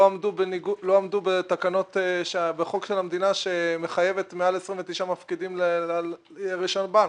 לא עמדו בחוק שמחייב מעל 29 מפקידים לרישיון בנק,